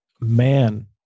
man